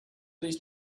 these